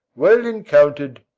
well encounter'd!